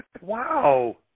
Wow